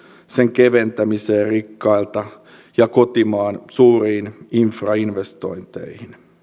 sen keventämiseen rikkailta ja kotimaan suuriin infrainvestointeihin